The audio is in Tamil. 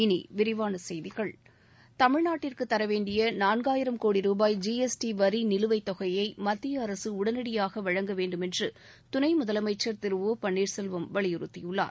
இனி விரிவான செய்திகள் தமிழ்நாட்டிற்கு தரவேண்டிய நான்காயிரம் கோடி ரூபாய் ஜி எஸ் டி வரி நிலுவைத் தொகையை மத்திய அரசு உடனடியாக வழங்க வேண்டுமென்று துணை முதலமைச்சர் திரு ஒபன்ளீர்செல்வம் வலியுறுத்தியுள்ளார்